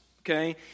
okay